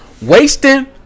Wasting